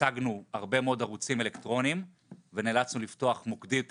הצגנו הרבה מאוד ערוצים אלקטרוניים ונאלצנו לפתוח מוקדים טלפוניים,